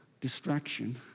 distraction